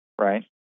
Right